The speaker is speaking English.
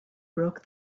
broke